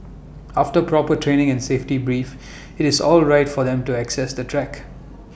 after proper training and safety brief IT is all right for them to access the track